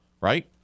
right